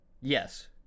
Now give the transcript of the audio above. Yes